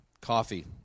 coffee